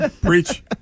Preach